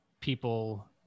people